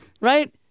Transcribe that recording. right